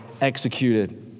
executed